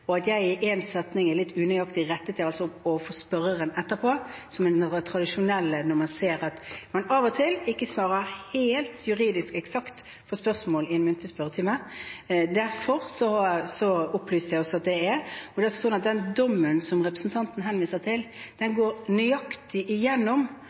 og det at jeg i én setning var litt unøyaktig, rettet jeg opp overfor spørreren etterpå, som er det tradisjonelle når man ser at man av og til ikke svarer helt juridisk eksakt på spørsmål i en muntlig spørretime. Derfor opplyste jeg også om dette. Det er sånn at den dommen som representanten henviser til, går nøyaktig